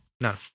No